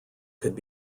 could